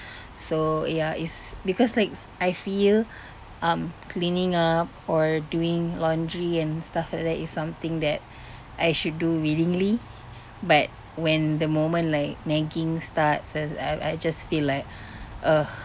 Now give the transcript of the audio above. so ya is because like I feel um cleaning up or doing laundry and stuff like that is something that I should do willingly but when the moment like nagging starts s~ I I just feel like ugh